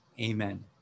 Amen